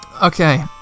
Okay